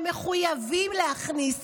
הם מחויבים להכניס